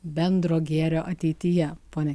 bendro gėrio ateityje pone